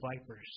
vipers